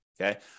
okay